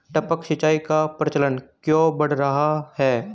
टपक सिंचाई का प्रचलन क्यों बढ़ रहा है?